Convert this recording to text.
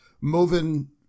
moving